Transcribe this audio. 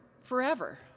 forever